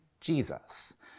Jesus